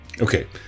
Okay